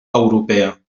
europea